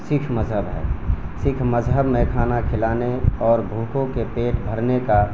سکھ مذہب ہے سکھ مذہب میں کھانا کھلانے اور بھوکوں کے پیٹ بھرنے کا